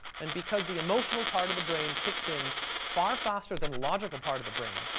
and because the emotional part of the brain kicks in far faster than logical part of the brain,